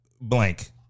blank